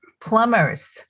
plumbers